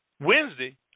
Wednesday